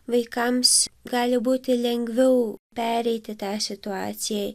vaikams gali būti lengviau pereiti tą situaciją